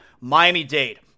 Miami-Dade